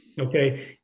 okay